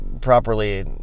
properly